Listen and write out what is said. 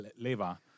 Leva